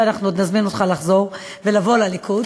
אבל אנחנו עוד נזמין אותך לחזור ולבוא לליכוד,